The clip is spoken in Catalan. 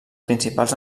principals